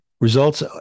results